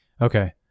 Okay